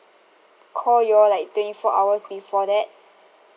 call you all like twenty four hours before that